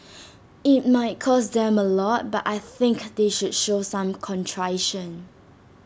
IT might cost them A lot but I think they should show some contrition